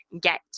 get